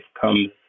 comes